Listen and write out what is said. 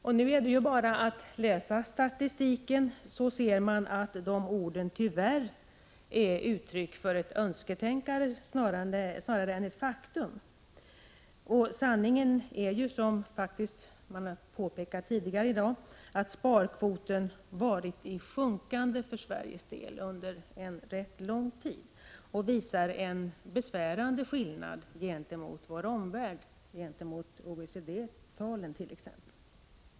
Men det är bara att läsa statistiken, så ser man att de orden tyvärr är uttryck för ett önsketänkande snarare än ett faktum. Sanningen är ju, som det faktiskt har påpekats tidigare i dag, att sparkvoten har varit i sjunkande för Sveriges del under rätt lång tid. Det råder en besvärande skillnad gentemot vår omvärld, exempelvis OECD-talen.